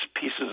pieces